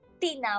Tina